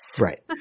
Right